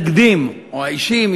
או האישים,